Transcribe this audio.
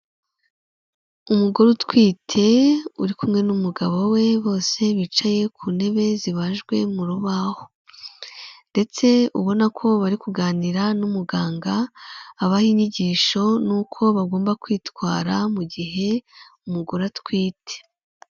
Umugore utwite uri kumwe n'umugabo we, bose bicaye ku ntebe zibajwe mu rubaho ndetse ubona ko bari kuganira n'umuganga, abaha inyigisho n'uko bagomba kwitwara mu gihe umugore atwite.